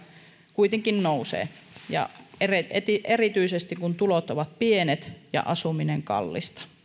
kuitenkin nousee erityisesti kun tulot ovat pienet ja asuminen kallista